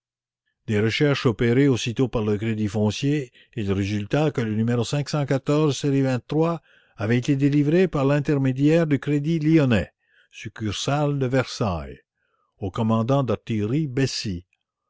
des recherches opérées aussitôt par le crédit foncier il résulta que le numéro série avait été délivré par l'intermédiaire du crédit lyonnais succursale de versailles au commandant d'artillerie bessy